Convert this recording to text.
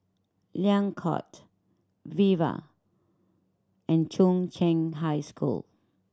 Liang Court Viva and Chung Cheng High School